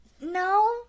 no